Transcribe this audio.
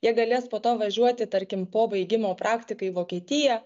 jie galės po to važiuoti tarkim po baigimo praktikai į vokietiją